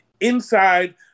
Inside